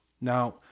Now